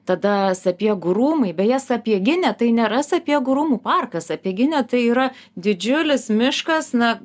tada sapiegų rūmai beje sapieginė tai nėra sapiegų rūmų parkas sapieginė tai yra didžiulis miškas na